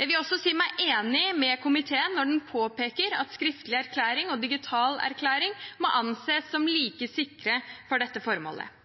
Jeg vil også si meg enig med komiteen når den påpeker at skriftlig erklæring og digital erklæring må anses som like sikre for dette formålet.